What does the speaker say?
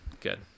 good